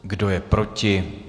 Kdo je proti?